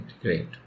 great